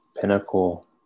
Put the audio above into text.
pinnacle